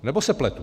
Nebo se pletu?